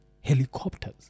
Helicopters